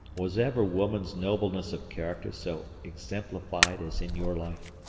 was ever woman's nobleness of character so exemplified as in your life?